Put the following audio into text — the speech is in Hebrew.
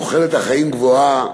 תוחלת החיים גבוהה,